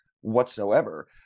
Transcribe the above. whatsoever